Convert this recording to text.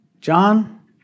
John